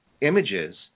images